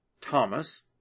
Thomas